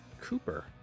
Cooper